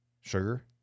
sugar